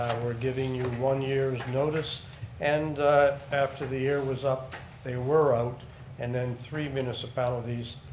we're giving you one year's notice and after the year was up they were out and then three municipalities,